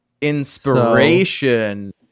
inspiration